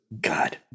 God